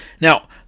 Now